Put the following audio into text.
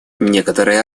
некоторые